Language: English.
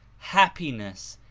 happiness,